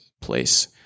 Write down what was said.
place